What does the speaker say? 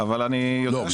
לא,